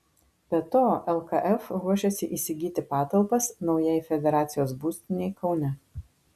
be to lkf ruošiasi įsigyti patalpas naujai federacijos būstinei kaune